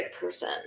person